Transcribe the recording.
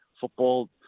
football